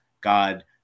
God